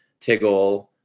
Tiggle